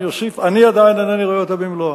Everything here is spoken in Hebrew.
אני אוסיף, אני עדיין אינני רואה אותה במלואה.